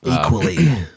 Equally